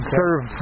serve